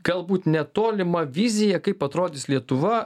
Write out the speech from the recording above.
galbūt netolimą viziją kaip atrodys lietuva